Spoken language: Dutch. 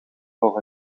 voor